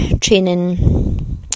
training